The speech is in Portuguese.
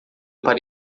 para